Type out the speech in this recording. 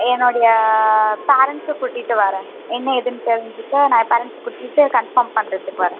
என்னுடைய பேரண்ட்ஸை கூட்டிகிட்டு வரேன் என்ன ஏதுன்னு தெரிஞ்சுகிட்டு நான் என் பேரண்ட்ஸை கூட்டிகிட்டு கன்ஃபார்ம் பண்ணுறத்துக்கு வரேன்